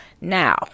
now